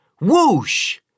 Whoosh